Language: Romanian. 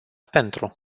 pentru